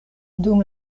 dum